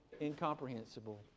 incomprehensible